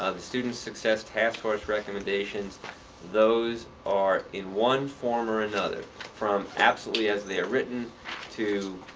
ah the student success taskforce recommendations those are in one form or another from absolutely as they are written to